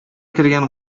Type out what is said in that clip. кергән